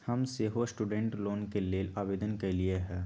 हम सेहो student loan के लेल आवेदन कलियइ ह